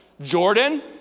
Jordan